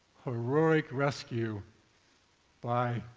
heroic rescue by